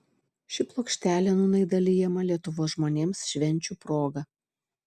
ši plokštelė nūnai dalijama lietuvos žmonėms švenčių proga